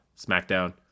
SmackDown